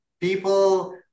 people